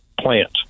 plant